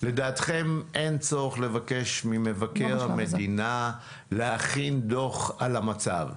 לדעתכם אין צורך לבקש ממבקר המדינה להכין דוח על המצב.